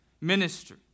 ministry